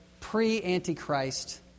pre-Antichrist